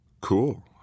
Cool